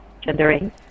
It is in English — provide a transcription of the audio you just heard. Gendering